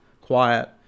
quiet